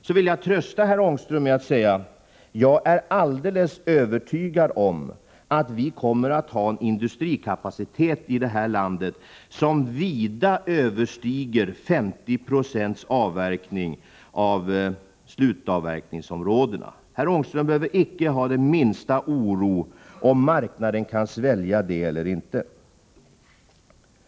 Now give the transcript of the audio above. Jag vill trösta herr Ångström med att säga att jag är alldeles övertygad om att vi kommer att ha en industrikapacitet i det här landet som vida överstiger 50 70 avverkning av slutavverkningsområdena. Herr Ångström behöver inte hysa den minsta oro angående huruvida marknaden kan svälja detta eller inte.